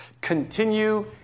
Continue